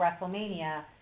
WrestleMania